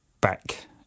back